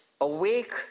Awake